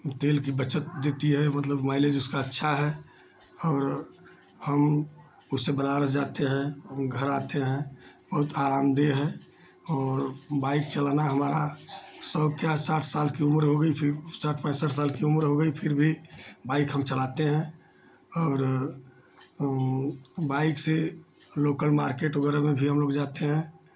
तेल की बचत देती है मतलब माइलेज उसका अच्छा है और हम उससे बनारस जाते हैं घर आते हैं बहुत आरामदेह है और बाइक चलाना हमारा शौकिया साठ साल की उम्र हो गई थी साठ पैंसठ साल की उम्र हो गई फिर भी बाइक हम चलते हैं और वह बाइक से लोकल मार्केट वगैरह में भी हम लोग जाते हैं